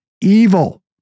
Evil